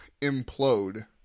implode